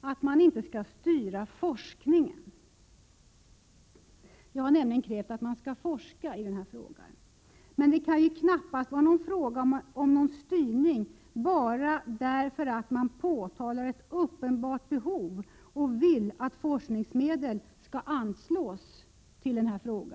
att man inte skall styra forskningen. Jag har nämligen krävt att det skall forskas om amerikaniseringen i Sverige. Men det kan ju knappast vara fråga om någon styrning bara därför att man påpekar ett uppenbart behov och vill att forskningsmedel skall anslås till denna fråga.